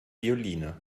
violine